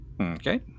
Okay